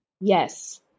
Yes